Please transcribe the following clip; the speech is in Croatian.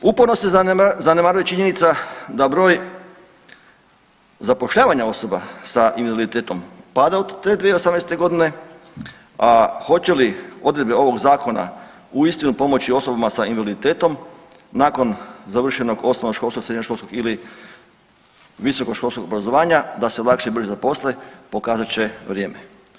Uporno se zanemaruje činjenica da broj zapošljavanja osoba sa invaliditetom pada od te 2018. godine, a hoće li odredbe ovog zakona uistinu pomoći osobama sa invaliditetom nakon završenog osnovnoškolskog, srednjoškolskog ili visokoškolskog obrazovanja da se lakše i brže zaposle pokazat će vrijeme.